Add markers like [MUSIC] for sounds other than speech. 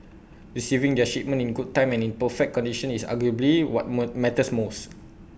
receiving their shipment in good time and in perfect condition is arguably what [UNINTELLIGIBLE] matters most